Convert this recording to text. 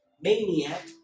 maniac